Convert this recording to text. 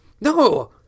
No